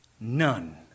None